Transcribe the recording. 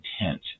intent